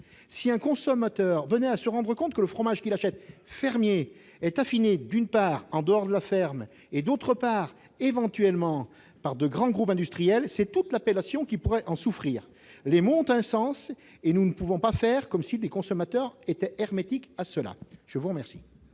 Si un consommateur venait à se rendre compte que le fromage qu'il achète fermier est affiné, d'une part en dehors de la ferme, et, d'autre part, par de grands groupes industriels, c'est toute l'appellation qui pourrait en souffrir. Les mots ont un sens, et nous ne pouvons pas faire comme si les consommateurs étaient hermétiques à cette question.